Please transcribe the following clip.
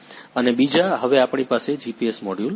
અને બીજા હવે આપણી પાસે જીપીએસ મોડ્યુલ છે